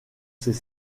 s’est